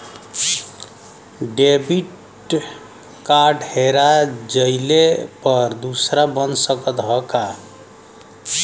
Debit card हेरा जइले पर दूसर बन सकत ह का?